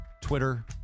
Twitter